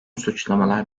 suçlamalar